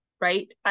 right